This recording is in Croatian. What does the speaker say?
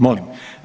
Molim.